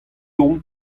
omp